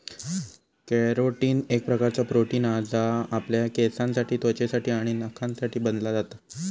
carotene एक प्रकारचा protein हा जा आपल्या केसांसाठी त्वचेसाठी आणि नखांसाठी बनला जाता